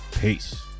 Peace